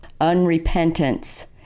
unrepentance